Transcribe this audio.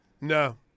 No